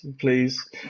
please